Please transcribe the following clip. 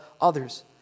others